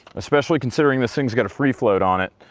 especially considering this thing's got a free float on it.